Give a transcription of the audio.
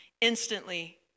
Instantly